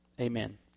amen